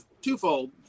twofold